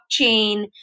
blockchain